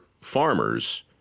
farmers